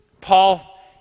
Paul